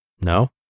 no